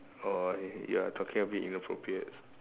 oh you are talking a bit inappropriate